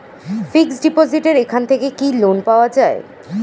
Fix ডিপোজিটের এখান থেকে কি লোন পাওয়া যায়?